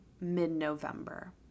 mid-November